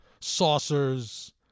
saucers